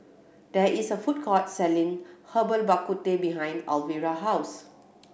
there is a food court selling Herbal Bak Ku Teh behind Alvira house